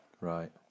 Right